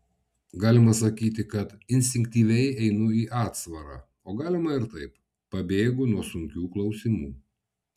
galima sakyti kad instinktyviai einu į atsvarą o galima ir taip pabėgu nuo sunkių klausimų